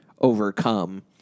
overcome